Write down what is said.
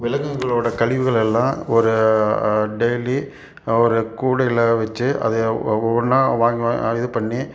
விலங்குகளோட கழிவுகள் எல்லாம் ஒரு டெய்லி ஒரு கூடையில் வச்சு அதை ஒவ் ஒவ்வொன்றா வாங்கி வா இது பண்ணி